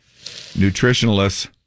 Nutritionalists